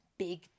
big